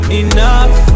enough